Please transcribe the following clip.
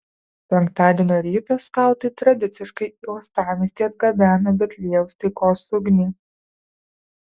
penktadienio rytą skautai tradiciškai į uostamiestį atgabeno betliejaus taikos ugnį